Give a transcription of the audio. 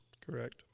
Correct